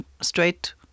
straight